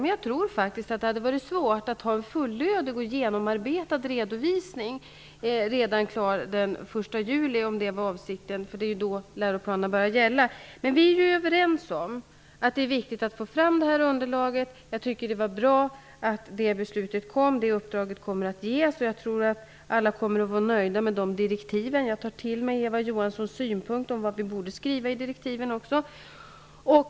Men jag tror att det hade varit svårt att få en fullödig och genomarbetad redovisning klar redan den 1 juli, om det var avsikten. Det är då läroplanen börjar gälla. Vi är överens om att det är viktigt att få fram detta underlag. Det var bra att beslutet fattades och att uppdraget kommer att ges. Jag tror att alla kommer att vara nöjda med direktiven. Jag tar till mig Eva Johanssons synpunkter om vad regeringen borde skriva i direktiven.